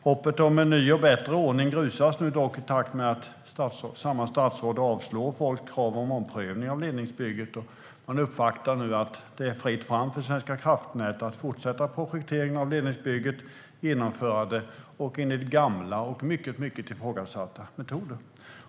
Hoppet om en ny och bättre ordning grusas dock i takt med att samma statsråd är med och avslår folks krav på omprövning av ledningsbygget. Man uppfattar nu att det är fritt fram för Svenska kraftnät att fortsätta projekteringen och genomförandet av ledningsbygget enligt gamla och mycket ifrågasatta metoder.